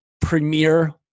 premier